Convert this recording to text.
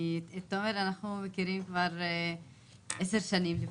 את תומר אנחנו מכירים כבר עשר שנים לפחות,